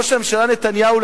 ראש הממשלה נתניהו,